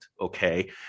okay